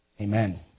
Amen